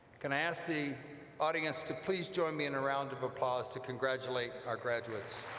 can i ask the audience to please join me in a round of applause to congratulate our graduates.